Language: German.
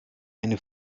eine